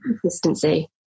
consistency